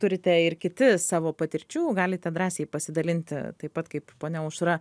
turite ir kiti savo patirčių galite drąsiai pasidalinti taip pat kaip ponia aušra